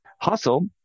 Hustle